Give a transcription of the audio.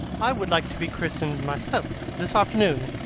i would like to be christened myself, this afternoon,